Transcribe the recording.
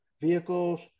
vehicles